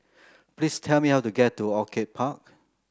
please tell me how to get to Orchid Park